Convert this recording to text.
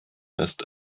ist